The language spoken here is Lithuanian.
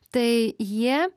tai jie